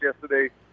yesterday